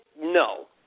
No